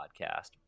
podcast